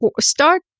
start